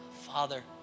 Father